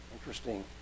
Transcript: interesting